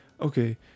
okay